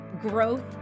growth